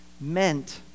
meant